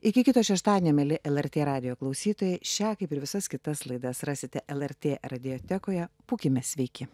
iki kito šeštadienio mieli lrt radijo klausytojai šią kaip ir visas kitas laidas rasite lrt radiotekoje būkime sveiki